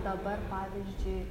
dabar pavyzdžiui